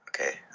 Okay